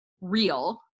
real